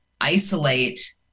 isolate